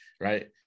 right